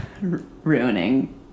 ruining